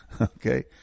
Okay